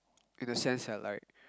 in a sense I like